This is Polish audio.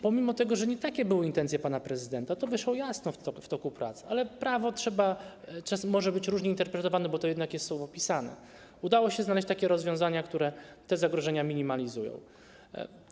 Pomimo tego, że nie takie były intencje pana prezydenta, to wyszło jasno w toku prac, ale prawo może być różnie interpretowane, bo to jest jednak słowo pisane, udało się znaleźć takie rozwiązania, które te zagrożenia minimalizują.